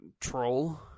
troll